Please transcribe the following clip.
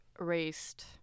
Erased